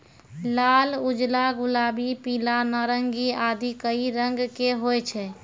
लाल, उजला, गुलाबी, पीला, नारंगी आदि कई रंग के होय छै